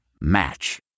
Match